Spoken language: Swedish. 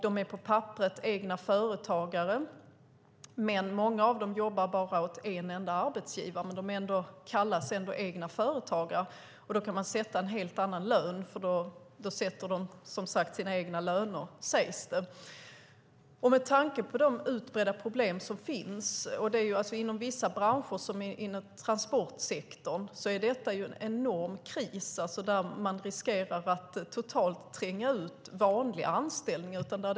De är på papperet egna företagare, men många av dem jobbar bara åt en enda arbetsgivare. De kallas ändå egna företagare, och då kan man sätta en helt annan lön. Då sätter de som sagt sina egna löner, sägs det. Jag tänker på de utbredda problem som finns. Inom vissa branscher, som i transportsektorn, är det en enorm kris. Man riskerar att totalt tränga ut vanliga anställningar.